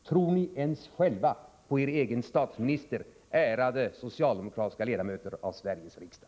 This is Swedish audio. Tror ni ens själva på er egen statsminister, ärade socialdemokratiska ledamöter av Sveriges riksdag?